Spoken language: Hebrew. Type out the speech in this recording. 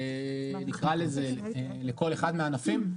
נקרא לזה לכל אחד מהענפים,